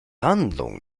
handlung